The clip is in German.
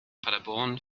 paderborn